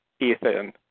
Ethan